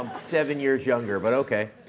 seven years younger, but okay.